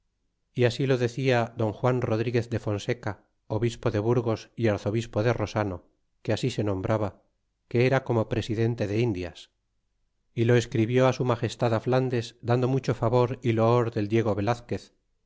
y así lo decia don juan rodríguez de fonseca obispo de burgos y arzobispo de rosano que así se nombraba que era como presidente de indias y lo escribió su magestad flandes dando mucho favor y loor del diego velazquez